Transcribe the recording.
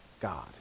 God